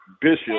Bishop